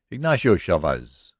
ignacio chavez,